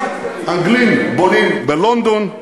אנגלים בונים בלונדון,